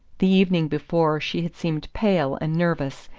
the evening before she had seemed pale and nervous,